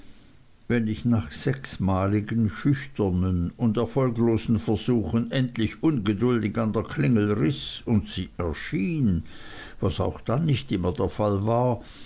wenn ich nach sechsmaligen schüchternen und erfolglosen versuchen endlich ungeduldig an der klingel riß und sie erschien was auch dann nicht immer der fall war